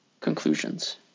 conclusions